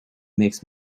makes